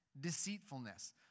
deceitfulness